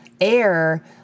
air